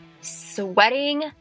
sweating